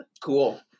Cool